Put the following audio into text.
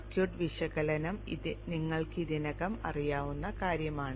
circuit വിശകലനം നിങ്ങൾക്ക് ഇതിനകം അറിയാവുന്ന കാര്യമാണ്